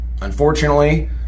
Unfortunately